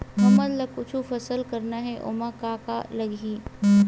हमन ला कुछु फसल करना हे ओमा का का लगही?